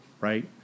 right